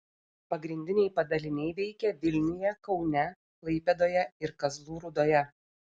pagrindiniai padaliniai veikia vilniuje kaune klaipėdoje ir kazlų rūdoje